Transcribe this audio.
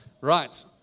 Right